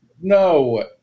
No